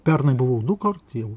pernai buvau dukart jau